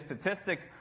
statistics